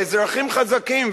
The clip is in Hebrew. והאזרחים חזקים,